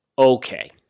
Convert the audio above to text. Okay